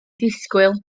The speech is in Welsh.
disgwyl